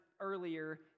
earlier